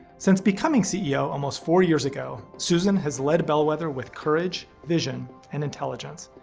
since becoming ceo almost four years ago, susan has led bellwether with courage, vision, and intelligence,